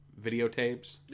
videotapes